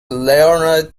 leonard